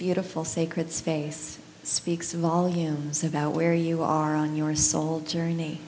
beautiful sacred space speaks volumes about where you are on your soul journey